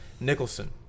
Nicholson